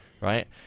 right